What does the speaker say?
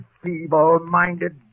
feeble-minded